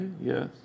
Yes